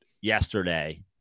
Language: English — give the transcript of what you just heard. yesterday